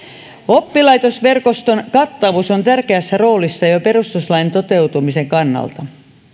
oppilaitosverkoston kattavuus on tärkeässä roolissa jo perustuslain toteutumisen kannalta